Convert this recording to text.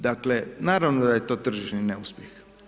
Dakle naravno da je to tržišni neuspjeh.